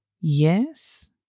Yes